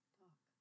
talk